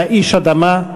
היה איש אדמה,